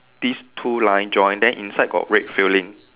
these two line join then inside got red filling